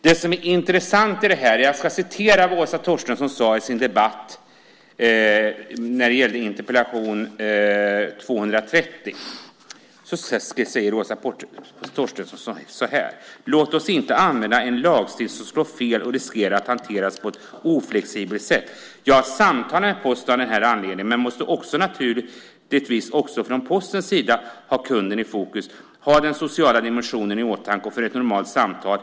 Det som är intressant är det som Åsa Torstensson sade i en debatt om interpellation 230. Åsa Torstenssons säger så här: Låt oss inte använda en lagstiftning som slår fel och riskerar att hanteras på ett oflexibelt sätt. Jag har haft samtal med Posten av den här anledningen, och man måste naturligtvis också från Postens sida ha kunden i fokus, ha den sociala dimensionen i åtanke och föra ett normalt samtal.